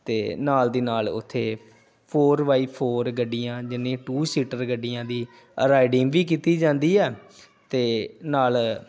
ਅਤੇ ਨਾਲ ਦੀ ਨਾਲ ਉੱਥੇ ਫੋਰ ਵਾਈ ਫੋਰ ਗੱਡੀਆਂ ਜਿੰਨੀ ਟੂ ਸੀਟਰ ਗੱਡੀਆਂ ਦੀ ਰਾਈਡਿੰਗ ਵੀ ਕੀਤੀ ਜਾਂਦੀ ਆ ਅਤੇ ਨਾਲ